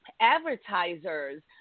advertisers